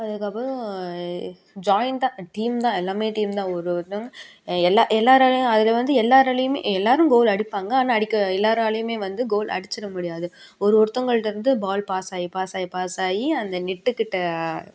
அதுக்கப்புறம் ஜாயின்டாக டீம் தான் எல்லாமே டீம் தான் ஒரு ஒருத்தவங்க எல்லா எல்லோராலையும் அதில் வந்து எல்லோராலையுமே எல்லோரும் கோல் அடிப்பாங்க ஆனால் அடிக்க எல்லோராலையுமே வந்து கோல் அடிச்சுட முடியாது ஒரு ஒருத்தவர்கள்ட்டேர்ந்து பால் பாஸாகி பாஸாகி பாஸாகி அந்த நெட்டுக்கிட்டே